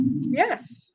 Yes